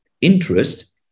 interest